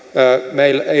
meillä